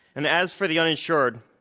and as for the uninsured,